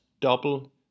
double